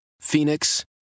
Phoenix